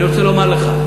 אני רוצה לומר לך,